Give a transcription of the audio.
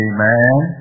Amen